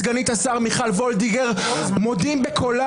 סגנית השר מיכל וולדיגר מודים בקולם,